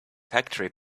factory